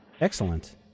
Excellent